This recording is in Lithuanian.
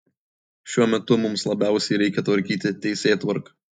šiuo metu mums labiausiai reikia tvarkyti teisėtvarką